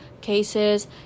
cases